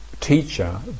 teacher